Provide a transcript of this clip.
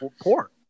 poor